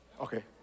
Okay